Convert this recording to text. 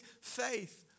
faith